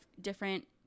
different